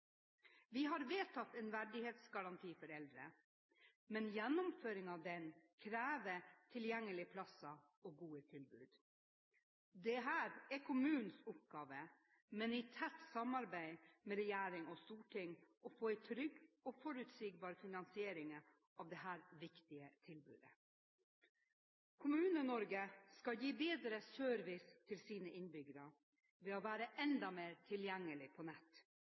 Vi har vedtatt en verdighetsgaranti for eldre, men gjennomføring av den krever tilgjengelige plasser og gode tilbud. Dette er kommunenes oppgaver, men de må i tett samarbeid med regjering og storting få til en trygg og forutsigbar finansiering av dette viktige tilbudet. Kommune-Norge skal gi bedre service til sine innbyggere ved å være enda mer tilgjengelig på nett.